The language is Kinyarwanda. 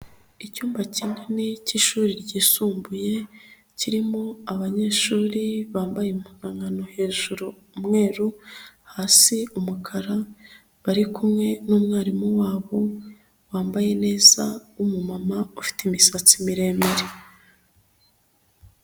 Icyumba kinini cy'ishuri ryisumbuye, kirimo abanyeshuri bambaye impozankano hejuru, umweru hasi umukara, bari kumwe n'umwarimu wabo, wambaye neza w'umumama, ufite imisatsi miremire.